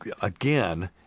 again